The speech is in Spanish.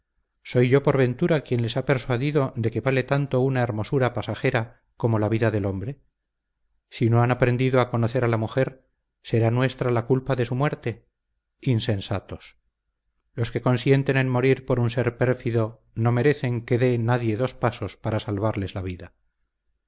soy yo por ventura quien les ha persuadido de que vale tanto una hermosura pasajera como la vida del hombre si no han aprendido a conocer a la mujer será nuestra la culpa de su muerte insensatos los que consienten en morir por un ser pérfido no merecen que dé nadie dos pasos para salvarles la vida